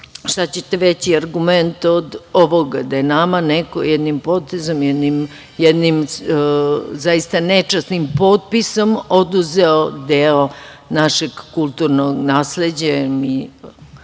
šta ćete veći argument od ovoga da je nama neko jednim potezom, jednim zaista nečasnim potpisom oduzeo deo našeg kulturnog nasleđa